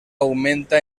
augmenta